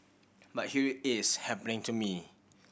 but here it is happening to me